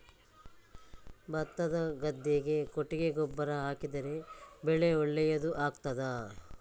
ಭತ್ತದ ಗದ್ದೆಗೆ ಕೊಟ್ಟಿಗೆ ಗೊಬ್ಬರ ಹಾಕಿದರೆ ಬೆಳೆ ಒಳ್ಳೆಯದು ಆಗುತ್ತದಾ?